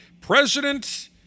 President